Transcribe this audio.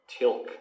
Tilk